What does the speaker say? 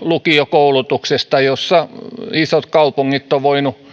lukiokoulutuksesta jossa isot kaupungit ovat voineet